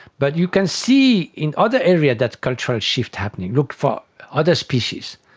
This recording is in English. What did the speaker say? but you can see in other areas that cultural shift happening. look for other species.